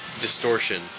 distortion